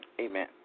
Amen